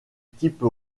type